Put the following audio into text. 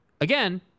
Again